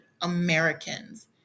Americans